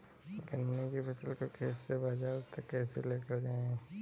गन्ने की फसल को खेत से बाजार तक कैसे लेकर जाएँ?